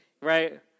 right